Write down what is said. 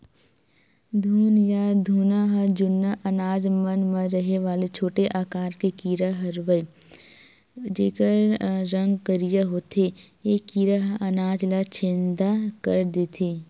घुन या घुना ह जुन्ना अनाज मन म रहें वाले छोटे आकार के कीरा हरयए जेकर रंग करिया होथे ए कीरा ह अनाज ल छेंदा कर देथे